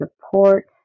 support